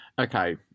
okay